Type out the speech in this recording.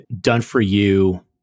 done-for-you